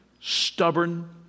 stubborn